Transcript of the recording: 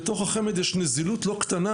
בתוך החמ"ד יש נזילות לא קטנה,